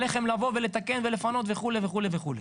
עליכם לבוא ולתקן ולפנות וכו' וכו'.